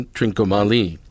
Trincomalee